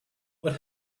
what